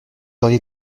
auriez